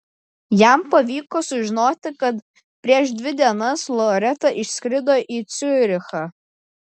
jam pavyko sužinoti kad prieš dvi dienas loreta išskrido į ciurichą